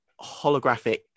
holographic